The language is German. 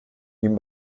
ihm